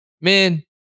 man